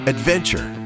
Adventure